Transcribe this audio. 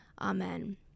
Amen